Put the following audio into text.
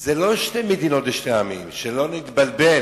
זה לא שתי מדינות לשני עמים, שלא נתבלבל,